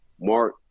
Mark